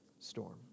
storm